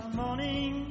morning